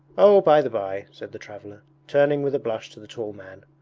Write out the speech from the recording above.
oh, by the by said the traveller, turning with a blush to the tall man,